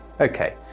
okay